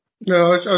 no